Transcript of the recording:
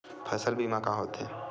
फसल बीमा का होथे?